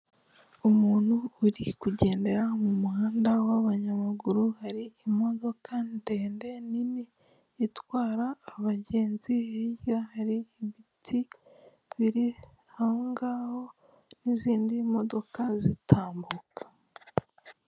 Umuntu uri kugendera mu muhanda w'abanyamaguru hari imodoka ndende nini itwara abagenzi hirya hari ibiti biri biri ahongahop n'izindi modoka zitambukanye.